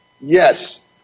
yes